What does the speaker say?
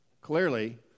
Clearly